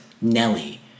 Nelly